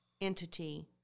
entity